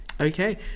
Okay